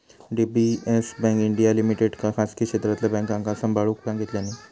DBS bank India लिमिटेडका खासगी क्षेत्रातल्या बॅन्कांका सांभाळूक सांगितल्यानी